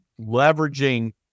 leveraging